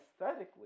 aesthetically